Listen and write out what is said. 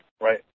Right